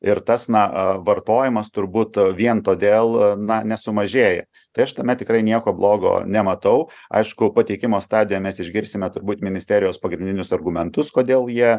ir tas na vartojimas turbūt vien todėl na nesumažėjo tai aš tame tikrai nieko blogo nematau aišku pateikimo stadijoj mes išgirsime turbūt ministerijos pagrindinius argumentus kodėl jie